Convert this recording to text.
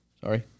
Sorry